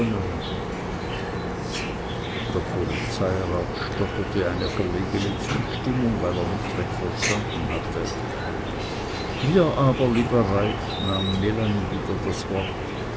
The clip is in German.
der polizeirat stotterte eine verlegene zustimmung weil er nicht recht verstanden hatte wir aber lieber reiff nahm melanie wieder das wort